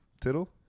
Title